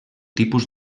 tipus